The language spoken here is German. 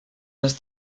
ist